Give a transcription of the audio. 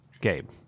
Gabe